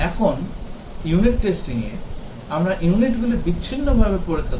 এখন unit testing এ আমরা ইউনিটগুলি বিচ্ছিন্নভাবে পরীক্ষা করি